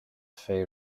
faoi